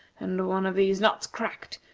and one of these nuts cracked,